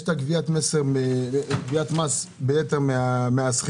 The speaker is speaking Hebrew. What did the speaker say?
יש את גביית מס ביתר מהשכירים,